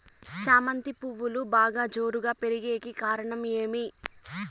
చామంతి పువ్వులు బాగా జోరుగా పెరిగేకి కారణం ఏమి?